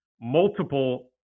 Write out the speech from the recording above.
multiple